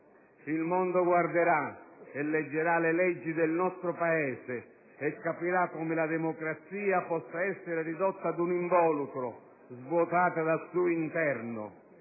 Il mondo guarderà e leggerà le leggi del nostro Paese e capirà come la democrazia possa essere ridotta ad un involucro, svuotata dal suo interno.